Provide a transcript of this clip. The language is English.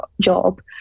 job